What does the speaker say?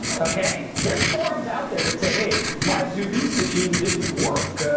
okay? there's forums out there that say, hey, my sous vide machine didn't work,